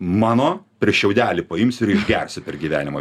mano per šiaudelį paimsiu ir išgersiu per gyvenimą